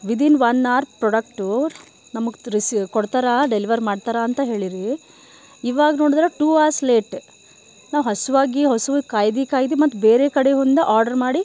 within one hour product ನಮಗೆ ತರಿಸಿ ಕೊಡ್ತಾರಾ ಡೆಲಿವರ್ ಮಾಡ್ತಾರಾ ಅಂತ ಹೇಳೀರಿ ಇವಾಗ ನೋಡಿದ್ರೆ ಟು ಅರ್ಸ್ ಲೇಟ್ ನಾವು ಹಸಿವಾಗಿ ಹಸುವಿಗೆ ಕಾಯ್ದು ಕಾಯ್ದು ಮತ್ತು ಬೇರೆ ಕಡೆಯಿಂದ ಆಡರ್ ಮಾಡಿ